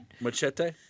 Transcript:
Machete